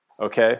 okay